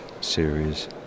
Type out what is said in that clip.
series